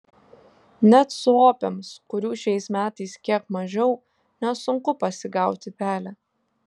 net suopiams kurių šiais metais kiek mažiau nesunku pasigauti pelę